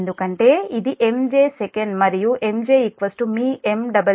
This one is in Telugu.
ఎందుకంటే ఇది MJ Sec మరియు MJ మీ MW Sec